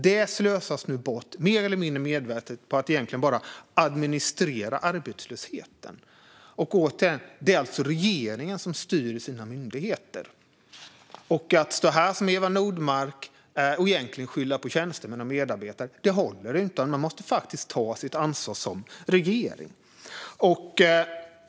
De slösas nu bort, mer eller mindre medvetet, på att egentligen bara administrera arbetslösheten. Återigen: Det är alltså regeringen som styr sina myndigheter. Att som Eva Nordmark stå här och egentligen skylla på tjänstemän och medarbetare håller inte, utan man måste faktiskt ta sitt ansvar som regering.